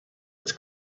its